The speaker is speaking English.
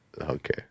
Okay